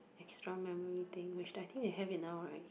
extra memory thing which I think they have it now right